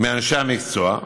מאנשי המקצוע כבודו,